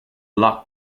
loch